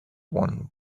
one